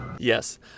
Yes